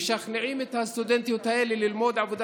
משכנעים את הסטודנטיות האלה ללמוד עבודה